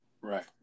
Right